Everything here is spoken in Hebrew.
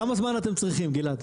כמה זמן אתם צריכים גלעד?